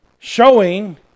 Showing